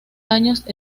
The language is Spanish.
daños